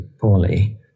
poorly